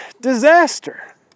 disaster